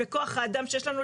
וכוח האדם שיש לנו,